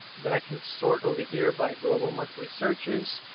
then i can sort over here by global monthly searches.